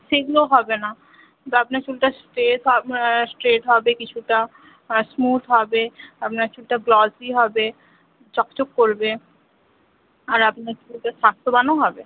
সেগুলো হবে না তা আপনার চুলটা স্ট্রেট স্ট্রেট হবে কিছুটা স্মুথ হবে আপনার চুলটা গ্লসি হবে চকচক করবে আর আপনার চুলটা স্বাস্থ্যবানও হবে